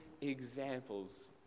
examples